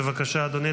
בבקשה, אדוני.